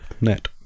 Net